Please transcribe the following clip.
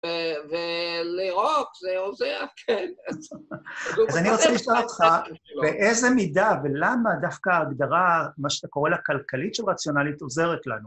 ולרוק זה עוזר, כן. אז אני רוצה לשאול אותך באיזה מידה ולמה דווקא ההגדרה, מה שאתה קורא לה כלכלית של רציונלית, עוזרת לנו?